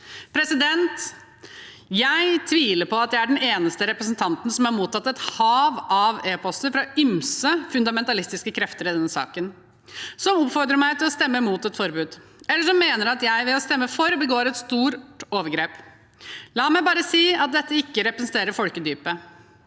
i dag. Jeg tviler på at jeg er den eneste representanten som har mottatt et hav av e-poster fra ymse fundamentalistiske krefter om denne saken, som oppfordrer meg til å stemme mot et forbud, eller som mener at jeg ved å stemme for, begår et stort overgrep. La meg bare si at dette ikke representerer folkedypet.